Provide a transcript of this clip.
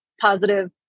positive